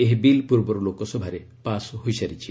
ଏହି ବିଲ୍ ପୂର୍ବରୁ ଲୋକସଭାରେ ପାଶ୍ ହୋଇସାରିଛି